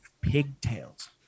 pigtails